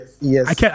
yes